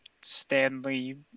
Stanley